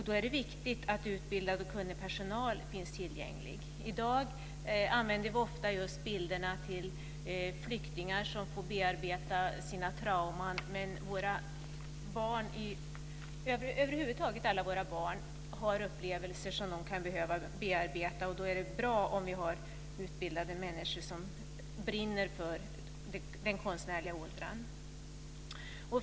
Då är det viktigt att utbildad och kunnig personal finns tillgänglig. I dag använder vi ofta bilder för att flyktingar ska få bearbeta sina trauman, men alla våra barn har upplevelser som de kan behöva bearbeta. Då är det bra om vi har utbildade människor som brinner för den konstnärliga ådran.